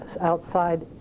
outside